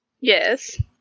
Yes